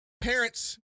Parents